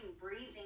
breathing